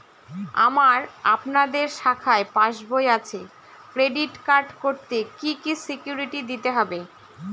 আমার আপনাদের শাখায় পাসবই আছে ক্রেডিট কার্ড করতে কি কি সিকিউরিটি দিতে হবে?